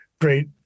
great